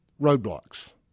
roadblocks